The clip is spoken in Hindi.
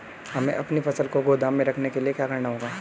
हमें अपनी फसल को गोदाम में रखने के लिये क्या करना होगा?